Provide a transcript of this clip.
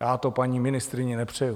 Já to paní ministryni nepřeju.